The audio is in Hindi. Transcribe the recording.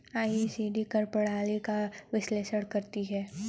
ओ.ई.सी.डी कर प्रणाली का विश्लेषण करती हैं